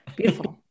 Beautiful